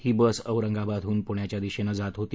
ही bus औरंगाबादहून पुण्याच्या दिशेनं जात होती